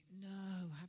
no